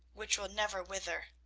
which will never wither.